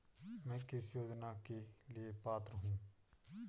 मैं किस योजना के लिए पात्र हूँ?